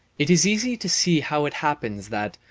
it is easy to see how it happens that,